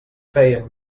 feien